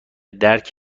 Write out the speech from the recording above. درک